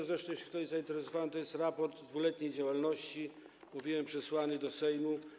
Zresztą jeśli ktoś jest zainteresowany, to jest raport z 2-letniej działalności, mówiłem, przesłany do Sejmu.